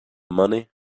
money